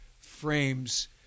frames